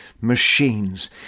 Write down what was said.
machines